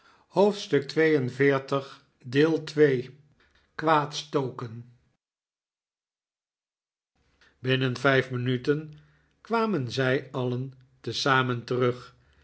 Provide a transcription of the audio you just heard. uit binnen vijf minuten kwamen zij alien tezamen terug